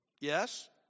Yes